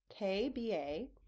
KBA